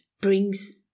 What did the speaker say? brings